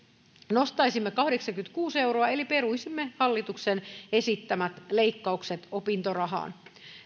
nostaisimme kahdeksankymmentäkuusi euroa eli peruisimme hallituksen esittämät leikkaukset opintorahaan